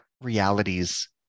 realities